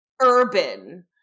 urban